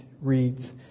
reads